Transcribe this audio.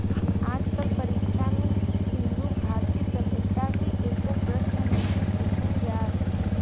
आज कल परीक्षा में सिन्धु घाटी सभ्यता से एको प्रशन नइखे पुछल जात